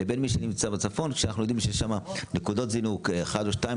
לבין מי שנמצא בצפון שאנחנו יודעים ששם נקודות זינוק 1 או 2,